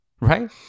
Right